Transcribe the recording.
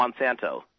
Monsanto